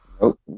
Nope